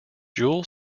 jewel